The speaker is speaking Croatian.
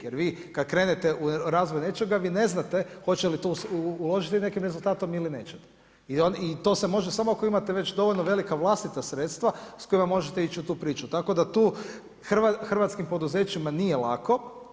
Jer vi kad krenete u razvoj nečega vi ne znate hoće li to uložiti nekim rezultatom ili neće i to se može samo ako imate već dovoljno velika vlastita sredstva s kojima možete ići u tu priču, tako da tu hrvatskim poduzećima nije lako.